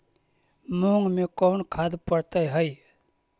मुंग मे कोन खाद पड़तै है?